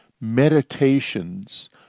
meditations